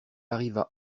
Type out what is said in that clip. arriva